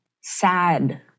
sad